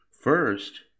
First